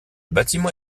bâtiment